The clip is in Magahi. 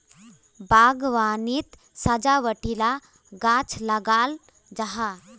बाग्वानित सजावटी ला गाछ लगाल जाहा